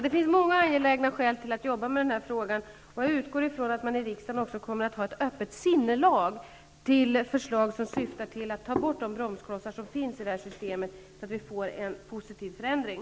Det finns många angelägna skäl att jobba med den här frågan, och jag utgår från att man i riksdagen också har ett öppet sinnelag till förslag som syftar till att ta bort de bromsklossar som finns i systemet, så att vi får en positiv förändring.